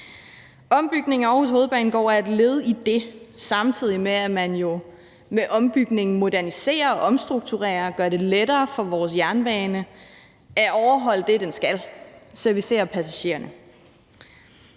Ombygningen af Aarhus Hovedbanegård er et led i det, samtidig med at man jo med ombygningen moderniserer og omstrukturerer og gør det lettere for vores jernbane at overholde det, den skal: servicere passagererne.